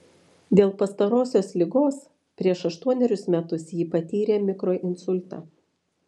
dėl pastarosios ligos prieš aštuonerius metus ji patyrė mikroinsultą